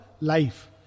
life